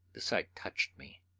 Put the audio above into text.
the sight touched me.